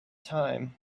time